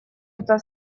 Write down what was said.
это